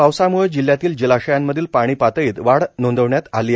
पावसामुळे जिल्ह्यातील जलाशयांमधील पाणी पातळीत वाढ नोंदविण्यात आली आहे